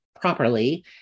properly